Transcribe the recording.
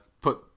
put